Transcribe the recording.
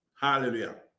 Hallelujah